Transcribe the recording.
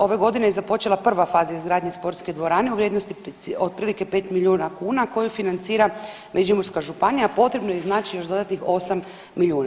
Ove godine je započela prva faza izgradnje sportske dvorane u vrijednosti otprilike 5 milijuna kuna koju financira Međimurska županija, a potrebno je izaći još dodatnih 8 milijuna.